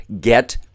get